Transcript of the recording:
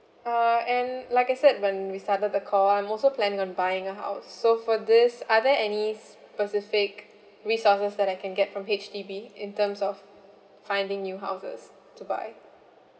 uh and like I said when we started the call I'm also planning on buying a house so for this are there any specific resources that I can get from H_D_B in terms of finding new houses to buy